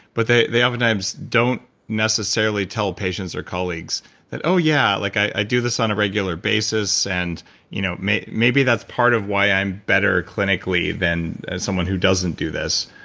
but they they oftentimes don't necessarily tell patients or colleagues that, yeah, like i do this on a regular basis and you know maybe maybe that's part of why i'm better clinically than someone who doesn't do this,